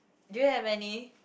do you have any